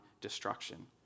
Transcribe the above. destruction